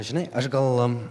žinai aš gal